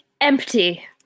empty